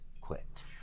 quit